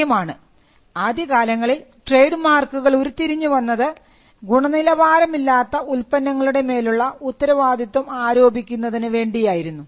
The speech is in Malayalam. ഇത്രയുമാണ് ആദ്യകാലങ്ങളിൽ ട്രേഡ് മാർക്കുകൾ ഉരുത്തിരിഞ്ഞുവന്നത് ഗുണനിലവാരമില്ലാത്ത ഉത്പന്നങ്ങളുടെ മേലുള്ള ഉത്തരവാദിത്വം ആരോപിക്കുന്നതിന് വേണ്ടിയായിരുന്നു